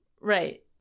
Right